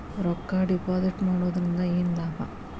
ರೊಕ್ಕ ಡಿಪಾಸಿಟ್ ಮಾಡುವುದರಿಂದ ಏನ್ ಲಾಭ?